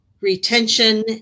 retention